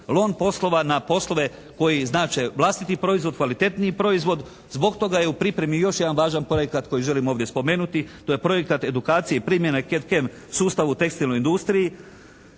lom poslova na poslove koje znače vlastiti proizvod, kvalitetniji proizvod. Zbog toga je u pripremi još jedan važan projekat koji želimo ovdje spomenuti. To je projekat edukacije i primjena … /Govornik se ne razumije./ … sustav u tekstilnoj industriji.